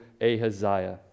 Ahaziah